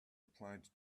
applied